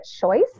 choice